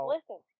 Listen